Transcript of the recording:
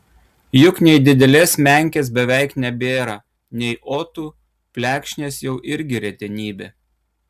juk nei didelės menkės beveik nebėra nei otų plekšnės jau irgi retenybė